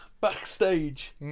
Backstage